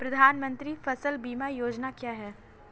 प्रधानमंत्री फसल बीमा योजना क्या है?